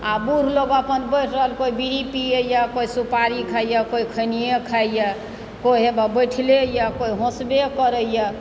आ बुढ़ लोग अपन बठिल केओ बीड़ी पीयैए केओ सुपारी खाइए केओ खैनिए खाइए कोई है हे बऽ बइठले यऽ कोई हँसबै करयए